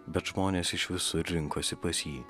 bet žmonės iš visur rinkosi pas jį